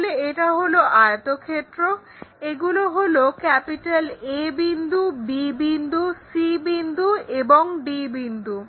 তাহলে এটা হলো আয়তক্ষেত্র এগুলো হলো A বিন্দু B বিন্দু C বিন্দু এবং D বিন্দু